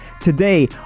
today